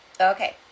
Okay